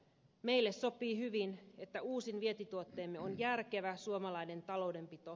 meille sopii hyvin että uusin vientituotteemme on järkevä suomalainen taloudenpito